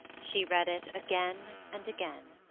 she read it again and again.